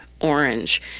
orange